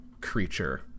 creature